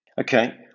Okay